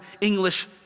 English